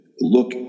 look